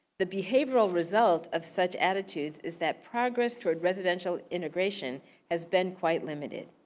the behavioral result of such attitudes is that progress toward residential integration has been quite limited.